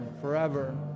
forever